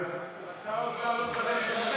אבל שר האוצר לא מדבר צרפתית.